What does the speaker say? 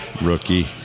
Rookie